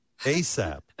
ASAP